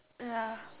ya